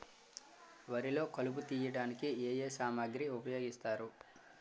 వరిలో కలుపు తియ్యడానికి ఏ ఏ సామాగ్రి ఉపయోగిస్తారు?